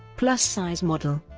plus-size model